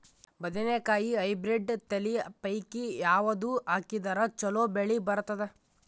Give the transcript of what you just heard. ಬದನೆಕಾಯಿ ಹೈಬ್ರಿಡ್ ತಳಿ ಪೈಕಿ ಯಾವದು ಹಾಕಿದರ ಚಲೋ ಬೆಳಿ ಬರತದ?